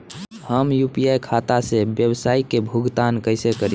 हम यू.पी.आई खाता से व्यावसाय के भुगतान कइसे करि?